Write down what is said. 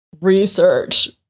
research